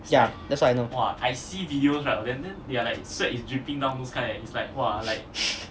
yeah that's what I know